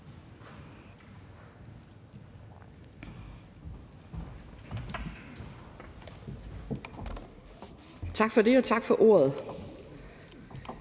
Tak for det, og tak for ordet.